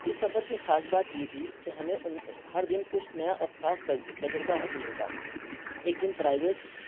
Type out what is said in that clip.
اس سفر کی خاص بات یہ تھی کہ ہمیں ان ہر دن کچھ نیا اور خاص تجربہ حاصل ہوتا ایک دن پرائیویٹ